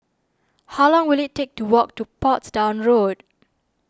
how long will it take to walk to Portsdown Road